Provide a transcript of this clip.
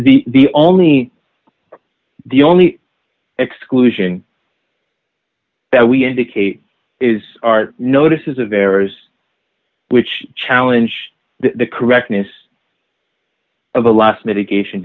the the only the only exclusion that we indicate is our notices of errors which challenge the correctness of the loss mitigation